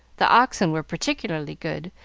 the oxen were particularly good,